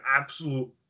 absolute